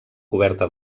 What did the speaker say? coberta